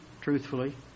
truthfully